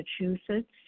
Massachusetts